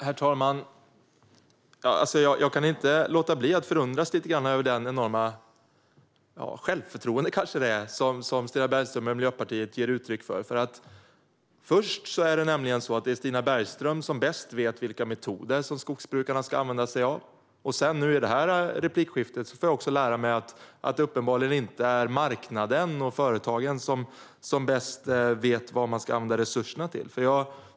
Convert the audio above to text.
Herr talman! Jag kan inte låta bli att förundras över det enorma, ja, självförtroende kanske det är, som Stina Bergström och Miljöpartiet ger uttryck för. Först är det nämligen Stina Bergström som bäst vet vilka metoder som skogsbrukarna ska använda sig av. Sedan, i det här replikskiftet, får jag lära mig att det inte är marknaden eller företagen som bäst vet vad man ska använda resurserna till.